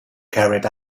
carried